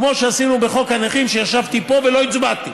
כמו שעשינו בחוק הנכים, שישבתי פה ולא הצבעתי.